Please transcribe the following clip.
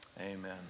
amen